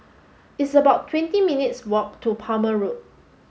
it's about twenty minutes' walk to Palmer Road